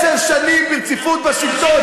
עשר שנים ברציפות בשלטון.